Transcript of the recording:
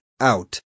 out